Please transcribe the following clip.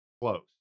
close